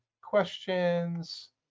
questions